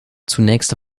zunächst